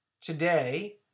today